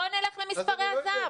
פרופ' גרוטו, בוא נלך למספרי הזהב.